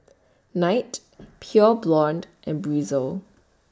Knight Pure Blonde and Breezer